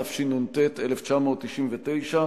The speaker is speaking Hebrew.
התשנ"ט 1999,